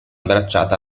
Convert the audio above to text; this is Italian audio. bracciata